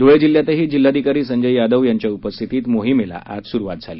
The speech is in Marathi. धुळे जिल्ह्यातही जिल्हाधिकारी संजय यादव यांच्या उपस्थितीत मोहिमेला आज सुरुवात करण्यात आली